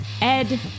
Ed